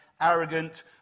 arrogant